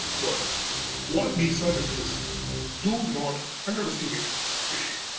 but what we suggest is do not underestimate phishing.